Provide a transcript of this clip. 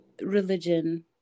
religion